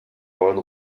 wollen